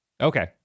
okay